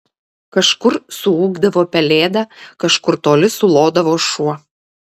kažkur suūkdavo pelėda kažkur toli sulodavo šuo